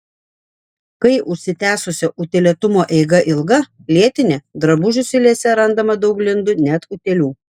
kai užsitęsusio utėlėtumo eiga ilga lėtinė drabužių siūlėse randama daug glindų net utėlių